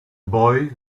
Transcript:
boy